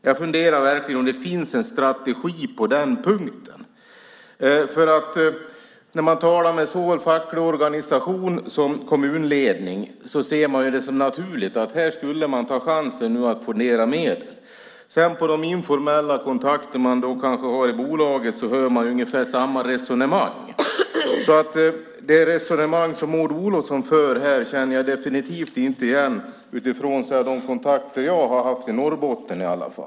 Jag funderar verkligen på om det finns en strategi på den punkten. När man talar med såväl fackliga organisationer som kommunledning ser de det som naturligt att nu ta chansen att fondera medel. Av informella kontakter i bolaget hör man ungefär samma resonemang. Det resonemang som Maud Olofsson för här känner jag definitivt inte igen utifrån de kontakter som i varje fall jag har haft i Norrbotten.